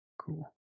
Cool